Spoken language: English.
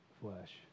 flesh